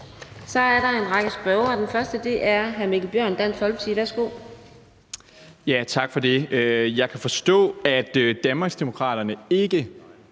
Så er der en række spørgere. Den første er hr. Mikkel Bjørn, Dansk Folkeparti. Værsgo. Kl. 14:23 Mikkel Bjørn (DF): Tak for det. Jeg kan forstå, at Danmarksdemokraterne ikke